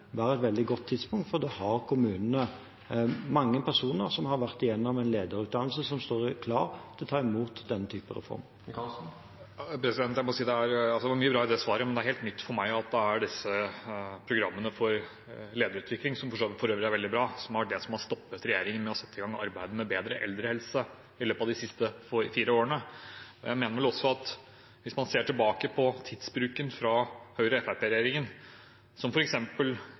et veldig godt tidspunkt, for da har kommunene mange personer som har vært igjennom en lederutdannelse og står klar til å ta imot denne typen reform. Det var mye bra i det svaret, men det er helt nytt for meg at det er disse programmene for lederutvikling, som for øvrig er veldig bra, som har stoppet regjeringen med å sette i gang arbeidet for bedre eldrehelse i løpet av de siste fire årene. Jeg mener vel også at hvis man ser tilbake på tidsbruken til Høyre–Fremskrittsparti-regjeringen, gikk den f.eks. til et stort lovarbeid hvor man fikk igjennom i Stortinget at man som